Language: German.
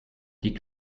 die